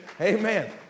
amen